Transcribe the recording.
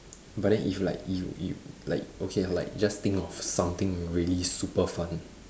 but then if like you you like okay like just think of something really super fun